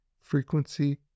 frequency